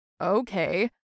Okay